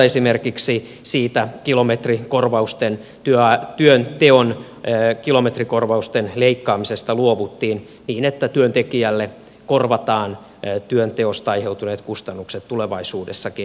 esimerkiksi siitä työmatkojen kilometrikorvausten työ ja työn tion epkilometrikorvausten leikkaamisesta luovuttiin niin että työntekijälle korvataan työnteosta aiheutuneet kustannukset tulevaisuudessakin